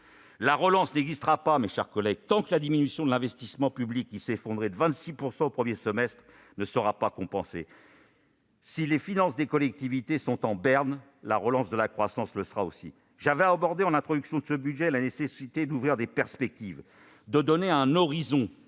La relance n'existera pas, mes chers collègues, tant que la diminution de l'investissement public, qui s'est effondré de 26 % au premier semestre, ne sera pas compensée. Si les finances des collectivités sont en berne, la relance de la croissance le sera aussi. J'avais abordé, en introduction de l'examen de ce budget, la nécessité d'ouvrir des perspectives, de donner un horizon,